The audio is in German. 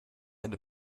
eine